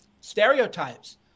stereotypes